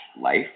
Life